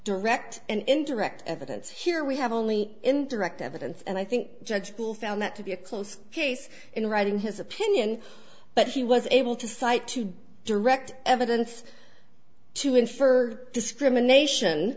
direct and indirect evidence here we have only indirect evidence and i think judge bill found that to be a close case in writing his opinion but he was able to cite to direct evidence to infer discrimination